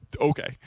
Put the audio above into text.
Okay